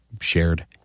shared